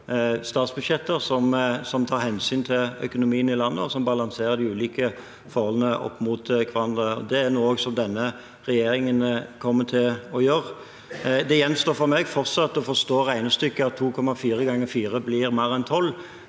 statsbudsjetter som tar hensyn til økonomien i landet, og som balanserer de ulike forholdene opp mot hverandre. Det er noe som denne regjeringen kommer til å gjøre. Det gjenstår for meg fortsatt å forstå at 2,4 ganger 4 blir mer enn 12,